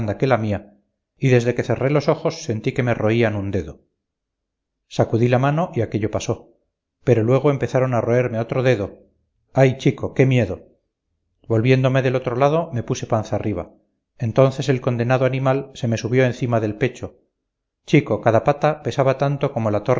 que la mía y desde que cerré los ojos sentí que me roían un dedo sacudí la mano y aquello pasó pero luego empezaron a roerme otro dedo ay chico qué miedo volviéndome del otro lado me puse panza arriba entonces el condenado animal se me subió encima del pecho chico cada pata pesaba tanto como la